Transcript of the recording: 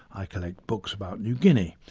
i collect books about new guinea,